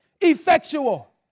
effectual